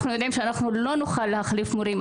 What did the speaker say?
אנחנו יודעים שלא נוכל להחליף מורים,